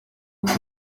kujya